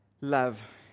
love